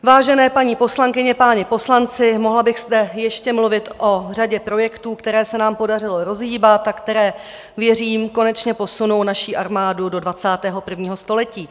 Vážené paní poslankyně, páni poslanci, mohla bych zde ještě mluvit o řadě projektů, které se nám podařilo rozhýbat a které, věřím, konečně posunou naši armádu do 21. století.